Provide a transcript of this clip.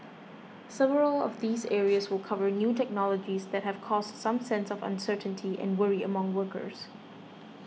several of these areas will cover new technologies that have caused some sense of uncertainty and worry among workers